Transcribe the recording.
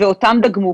ואותם דגמו.